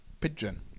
pigeon